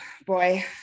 Boy